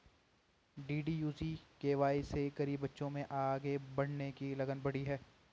DDU GKY से गरीब बच्चों में आगे बढ़ने की लगन बढ़ी है